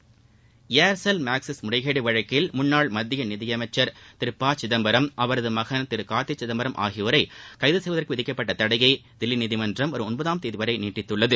ள்செல் Maxis முறைகேடு வழக்கில் முன்னாள் மத்திய நிதி அமைச்சள் திரு ப சிதம்பரம் அவரது மகன் திரு கார்த்தி சிதம்பரம் ஆகியோரை கைது செய்வதற்கு விதிக்கப்பட்ட தடையை தில்லி நீதிமன்றம் வரும் ஒன்பதாம் தேதி வரை நீட்டித்துள்ளது